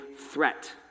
threat